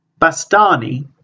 Bastani